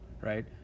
right